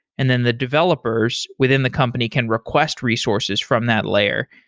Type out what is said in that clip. and then the developers within the company can request resources from that layer,